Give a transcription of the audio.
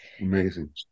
amazing